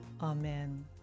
Amen